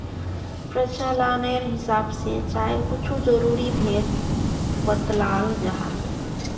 प्रचालानेर हिसाब से चायर कुछु ज़रूरी भेद बत्लाल जाहा